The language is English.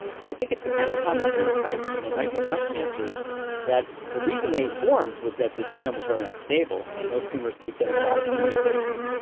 so i think it depends upon the tumour type, and there might be some cancers that the reason they formed was that the genome was very unstable, and those tumours keep getting a lot of new mutations.